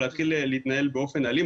להתחיל להתנהל באופן אלים,